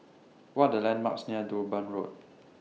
What Are The landmarks near Durban Road